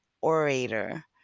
orator